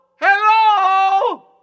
Hello